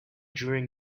during